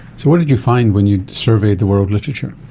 so what did you find when you surveyed the world literature?